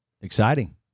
Exciting